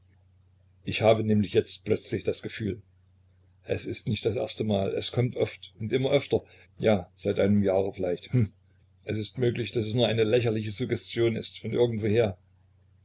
ich habe nämlich jetzt plötzlich das gefühl es ist nicht das erste mal es kommt oft und immer öfter ja seit einem jahre vielleicht hm es ist möglich daß es nur eine lächerliche suggestion ist von irgendwoher